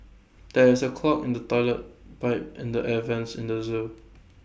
there is A clog in the Toilet Pipe and the air Vents in the Zoo